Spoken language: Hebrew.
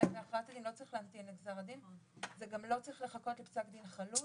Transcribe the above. לא צריך להמתין לגזר הדין וגם לא צריך לחכות לפסק דין חלוט.